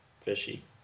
fishy